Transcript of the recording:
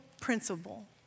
principle